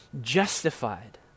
justified